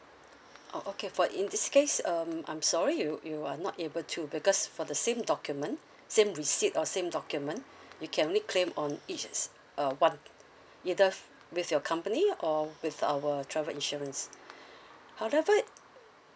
oh okay for in this case um I'm sorry you you are not able to because for the same document same receipt or same document you can only claim on each is uh one either with your company or with our travel insurance however